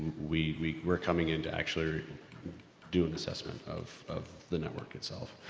we, we, we're coming in to actually do an assessment of of the network itself.